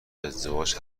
ازدواج